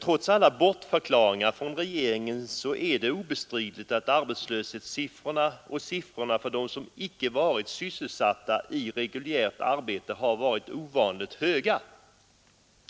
Trots alla bortförklaringar från regeringen är det obestridligt att arbetslöshetssiffrorna och siffrorna för dem som icke varit sysselsatta i reguljärt arbete har varit ovanligt höga.